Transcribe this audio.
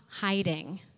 hiding